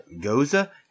goza